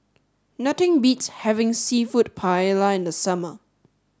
nothing beats having Seafood Paella in the summer